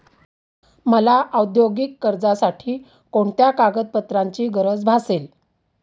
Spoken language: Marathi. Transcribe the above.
मला औद्योगिक कर्जासाठी कोणत्या कागदपत्रांची गरज भासेल?